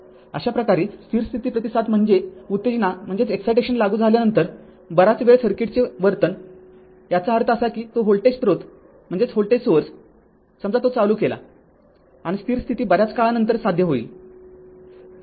अशाप्रकारे स्थिर स्थिती प्रतिसाद म्हणजे उत्तेजना लागू झाल्यानंतर बराच वेळ सर्किटचे वर्तन याचा अर्थ असा की तो व्होल्टेज स्रोत समजा तो चालू केला आणि स्थिर स्थिती बर्याच काळानंतर साध्य होईल